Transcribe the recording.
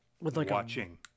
Watching